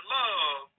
love